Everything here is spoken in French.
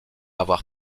avoir